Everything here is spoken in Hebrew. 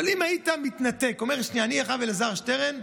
אבל אם היית מתנתק ואומר: אני, אלעזר שטרן,